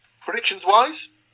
Predictions-wise